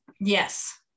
yes